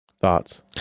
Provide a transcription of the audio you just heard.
thoughts